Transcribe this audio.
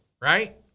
right